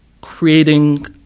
creating